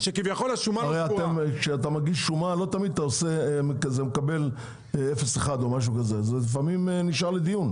הרי כשאתה מגיש שומה, זה לפעמים נשאר לדיון.